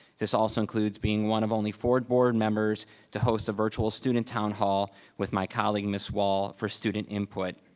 this also includes being one of only four board members to host a virtual student town hall with my colleague ms. wall for student input.